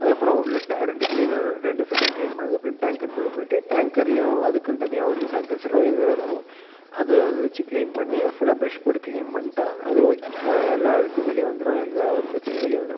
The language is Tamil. அதுக்கப்புறம் உள்ளே ரெண்டு ஃபில்ட்டரும் கிளீன் பண்ணதுக்கப்புறம் டேங்கருக்குள்ள போய்விட்டு டேங்கர்லேயும் அதுக்குன்னு தனியாக ஒரு சானிடைசரோ இதுவோ இருக்கும் அதை அது வெச்சி கிளீன் பண்ணி ஃபுல்லாக ப்ரஷ் போட்டு கிளீன் பண்ணிவிட்டா அது எல்லா அழுக்கும் வெளியே வந்துடும் எல்லா ஒரு பிரச்சனையும் வெளில வந்துடும்